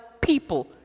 people